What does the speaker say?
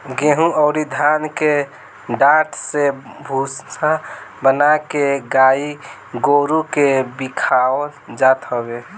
गेंहू अउरी धान के डाठ से भूसा बना के गाई गोरु के खियावल जात हवे